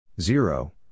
zero